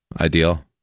Ideal